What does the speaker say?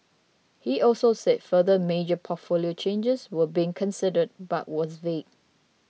he also said further major portfolio changes were being considered but was vague